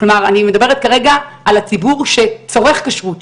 אני מדברת כרגע על הציבור שצורך כשרות,